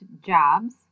jobs